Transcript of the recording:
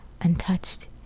untouched